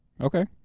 Okay